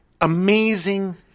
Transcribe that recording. amazing